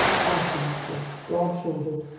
powerfully muscled, broad shouldered,